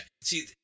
See